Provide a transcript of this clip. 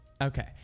Okay